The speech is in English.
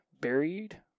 buried